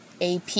ap